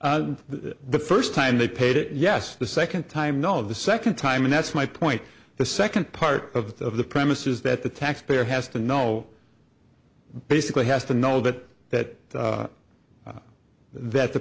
it's the first time they paid it yes the second time no the second time and that's my point the second part of the of the premise is that the taxpayer has to know basically has to know that that that the